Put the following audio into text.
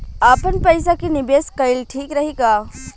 आपनपईसा के निवेस कईल ठीक रही का?